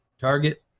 target